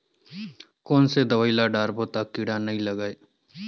कोन से दवाई ल डारबो त कीड़ा नहीं लगय?